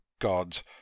gods